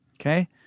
Okay